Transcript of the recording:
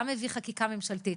גם הביא חקיקה ממשלתית.